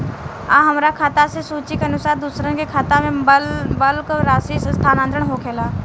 आ हमरा खाता से सूची के अनुसार दूसरन के खाता में बल्क राशि स्थानान्तर होखेला?